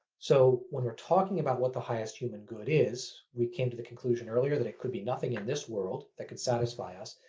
so when we're talking about what the highest human good is, we came to the conclusion earlier than it could be nothing in this world that could satisfy us,